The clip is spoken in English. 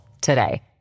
today